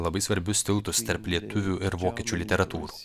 labai svarbius tiltus tarp lietuvių ir vokiečių literatūrų